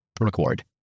Record